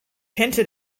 hinted